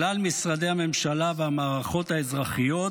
כלל משרדי הממשלה והמערכות האזרחיות,